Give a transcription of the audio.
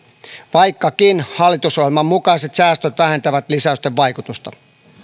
vaikkakin hallitusohjelman mukaiset säästöt vähentävät lisäysten vaikutusta